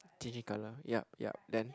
changing colour yup yup then